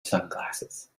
sunglasses